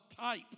type